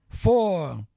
Four